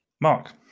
Mark